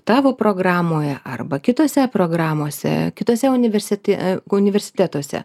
tavo programoje arba kitose programose kituose universite universitetuose